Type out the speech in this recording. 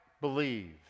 believe